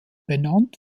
benannt